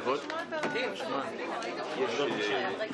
עוד פעם אתם זזים?